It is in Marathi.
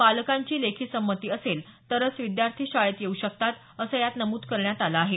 पालकांची लेखी संमती असेल तरच विद्यार्थी शाळेत येऊ शकतात असं यात नमूद करण्यात आलं आहे